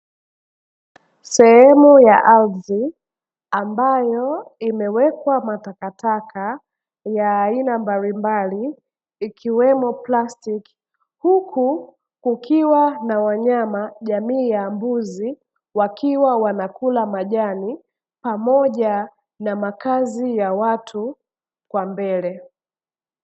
Sehemu ya ardhi ambayo imewekwa matakataka ya aina mbalimbali ikiwemo plastiki, huku kukiwa na wanyama jamii ya mbuzi wakiwa wanakula majani pamoja na makazi ya watu kwa mbele.